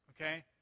okay